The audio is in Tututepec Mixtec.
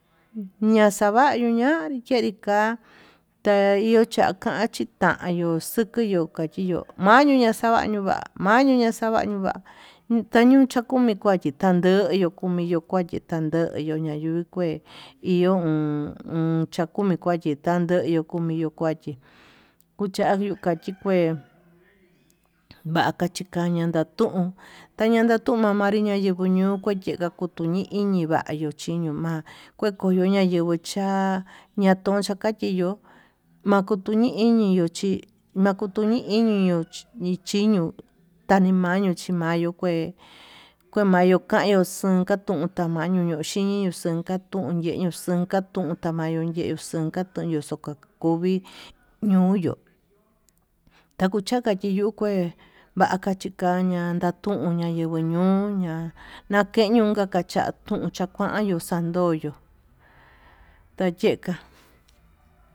Ñaxavañu yanri kenri ka'a tain chakaxi tayuu xukuyu kayu, mañu ñaxavañu va'a mañu ña xavañu va'a tañuu ta komi vaxhi xanduyu moki kua chanduyu tayuu kue iho uun, chakomi kuche tandeyu kumi yuu kuachi kuchayio kachi kué, vaka chikaña yandun taña nandun manriña yenguo ño'o yuu kua chenga kutu ñii iñi vaí yuu chiño ma'a kue koyo ñayenguo, cha'a natonchia kachi yo'ó maku tuu iñi yuu chi, maku tuu iñiyo nichiño tañimayu chimayu kué kue mayuu kayu xunkatun tamayo ñuu xhiniyo tunka tuyeka xhiño tunka mayuu ye xunka tun, yoxuka kuvii ñoyuu takuchaka chiyuu kué vaka chikañan natuña yinguo ñuña ñayeyu kakacha yakun chakua yuu xandoyo tacheka.